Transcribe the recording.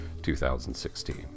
2016